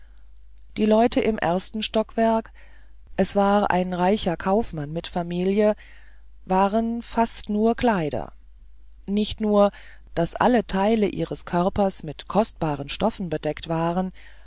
die leute im ersten stockwerke es war ein reicher kaufmann mit familie waren fast nur kleider nicht nur daß alle teile ihres körpers mit kostbaren stoffen bedeckt waren